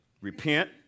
Repent